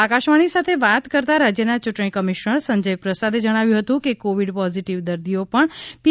આકાશવાણી સાથે વાત કરતાં રાજ્યના યૂંટણી કમિશ્નર સંજય પ્રસાદે જણાવ્યું હતું કે કોવિડ પોઝિટિવ દર્દીઓ પણ પી